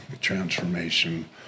transformation